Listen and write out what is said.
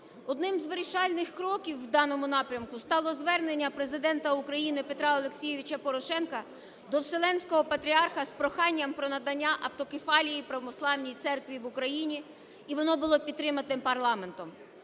Одним з вирішальним кроків у даному напрямку стало звернення Президента України Петра Олексійовича Порошенка до Вселенського Патріарха з проханням про надання автокефалії православній церкві в Україні, і воно було підтримано парламентом.